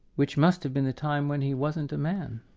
which must have been the time when he wasn't a man.